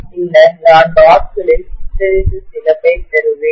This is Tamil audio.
பின்னர் நான் வாட் களில் ஹிஸ்டெரெசிஸ் இழப்பை பெறுவேன்